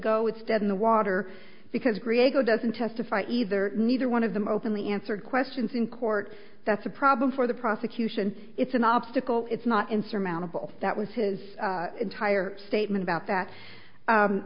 go it's dead in the water because griego doesn't testify either neither one of them openly answered questions in court that's a problem for the prosecution it's an obstacle it's not insurmountable that was his entire statement about that